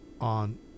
on